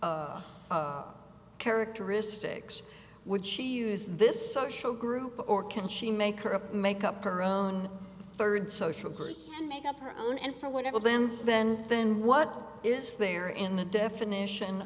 same characteristics would she use this social group or can she make her make up her own third social group and make up her own and for whatever then then what is there in the definition